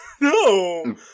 No